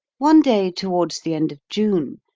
one day towards the end of june,